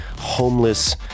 homeless